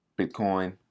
Bitcoin